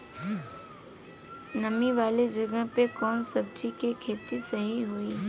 नामी वाले जगह पे कवन सब्जी के खेती सही होई?